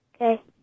Okay